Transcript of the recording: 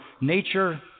nature